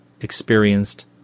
experienced